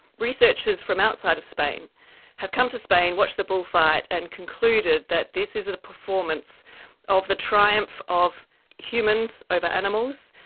researchers from outside of spain have come to spain, watched the bullfight, and concluded that this is a performance of the triumph of humans over animals,